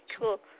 cool